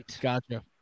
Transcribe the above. Gotcha